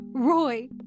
Roy